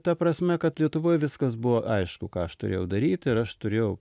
ta prasme kad lietuvoj viskas buvo aišku ką aš turėjau daryt ir aš turėjau